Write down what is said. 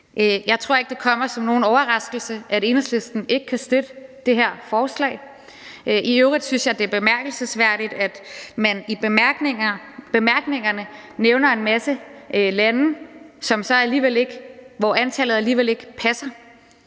Jeg tror ikke, det kommer som nogen overraskelse, at Enhedslisten ikke kan støtte det her forslag. I øvrigt synes jeg, det er bemærkelsesværdigt, at man i bemærkningerne nævner en masse lande, hvor antallet så alligevel ikke passer,